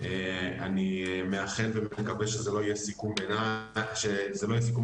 אני מאחל ומקווה שזה לא יהיה סיכום הביניים האחרון.